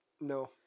No